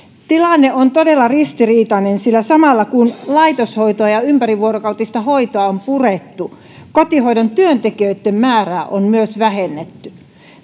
tilanne on todella ristiriitainen sillä samalla kun laitoshoitoa ja ympärivuorokautista hoitoa on purettu myös kotihoidon työntekijöitten määrää on vähennetty